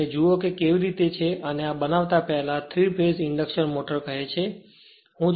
અને જુઓ કે તે કેવી રીતે છે અને આ બનાવતા પહેલા તેને 3 ફેઝ ઇન્ડક્શન મોટર કહે છે